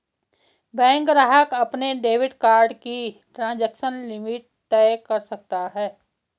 bank ग्राहक अपने debit card की ट्रांज़ैक्शन लिमिट तय कर सकता है